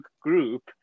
group